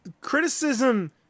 Criticism